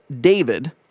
David